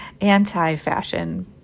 anti-fashion